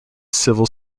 civil